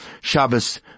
Shabbos